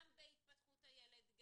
גם בהתפתחות הילד,